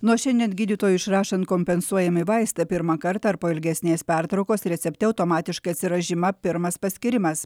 nuo šiandien gydytojui išrašant kompensuojamąjį vaistą pirmą kartą ar po ilgesnės pertraukos recepte automatiškai atsiras žyma pirmas paskyrimas